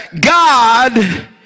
God